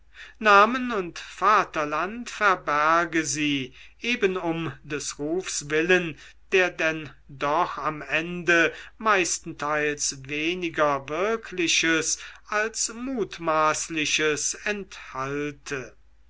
namen und vaterland verberge sie eben um des rufs willen der denn doch am ende meistenteils weniger wirkliches als mutmaßliches enthalte